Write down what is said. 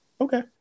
Okay